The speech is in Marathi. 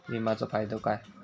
विमाचो फायदो काय?